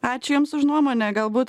ačiū jums už nuomonę galbūt